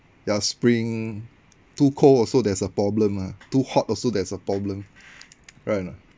ya spring too cold also there's a problem ah too hot also there's a problem right or not